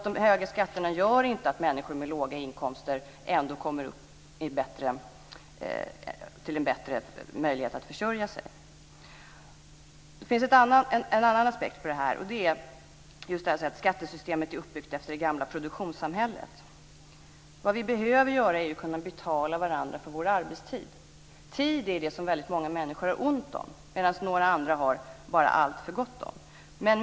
De höga skatterna gör inte att människor med låga inkomster ändå kommer upp till en bättre möjlighet att försörja sig. Det finns en annan aspekt på detta, nämligen att skattesystemet är uppbyggt efter det gamla produktionssamhället. Vi behöver kunna betala varandra för vår arbetstid. Tid är det som många människor har ont om, medan andra har alltför gott om det.